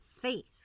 faith